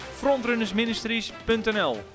frontrunnersministries.nl